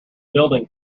building